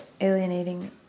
alienating